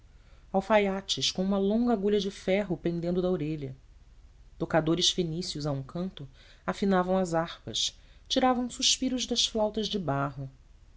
alfaiates com uma longa agulha de ferro pendendo da orelha tocadores fenícios a um canto afinavam as harpas tiravam suspiros das flautas de barro